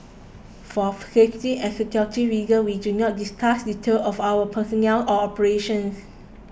for safety and security reasons we do not discuss details of our personnel or operations